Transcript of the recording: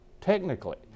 Technically